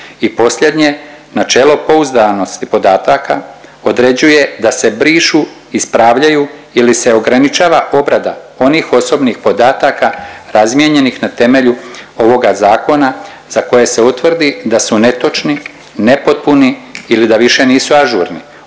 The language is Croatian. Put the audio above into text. I posljednje, načelo pouzdanosti podataka određuje da se brišu, ispravljaju ili se ograničava obrada onih osobnih podataka razmijenjenih na temelju ovoga zakona za koje se utvrdi da su netočni, nepotpuni ili da više nisu ažurni,